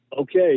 okay